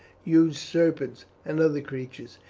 huge serpents and other creatures,